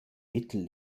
mittel